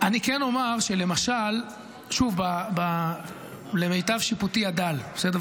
אני כן אומר, שוב, למיטב שיפוטי הדל, בסדר?